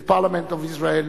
the parliament of Israel,